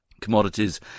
commodities